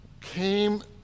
came